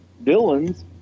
villains